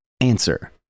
Answer